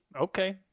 Okay